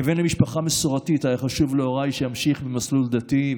כבן למשפחה מסורתית היה חשוב להוריי שאמשיך במסלול דתי,